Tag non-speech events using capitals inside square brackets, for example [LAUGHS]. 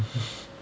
[LAUGHS]